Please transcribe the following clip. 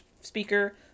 speaker